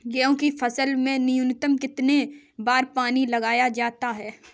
गेहूँ की फसल में न्यूनतम कितने बार पानी लगाया जाता है?